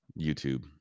YouTube